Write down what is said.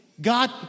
God